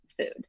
food